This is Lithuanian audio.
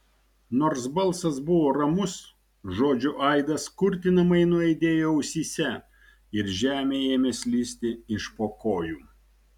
nors balsas buvo ramus žodžių aidas kurtinamai nuaidėjo ausyse ir žemė ėmė slysti iš po kojų